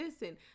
listen